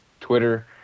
Twitter